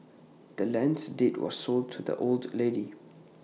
the land's deed was sold to the old lady